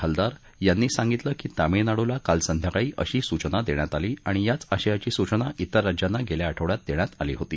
हलदार यांनी सांगितलं की तामिळनाडूला काल संध्याकाळी अशी सूचना देण्यात आली आणि याच आशयाची सूचना तिर राज्यांना गेल्या आठवड्यात देण्यात आली होती